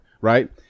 right